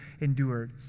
endured